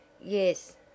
Yes